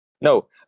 No